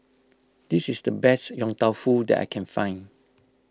this is the best Yong Tau Foo that I can find